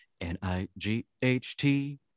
N-I-G-H-T